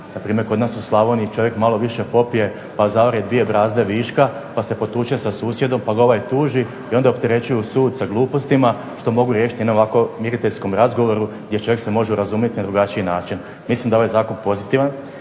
nas, npr. kod nas u Slavoniji čovjek malo više popije pa zaore dvije brazde viška, pa se potuče sa susjedom, pa ga ovaj tuži, i onda opterećuju sud sa glupostima, što mogu riješiti na ovako miriteljskom razgovoru, gdje čovjek se može razumjeti na drugačiji način. Mislim da je ovaj zakon pozitivan,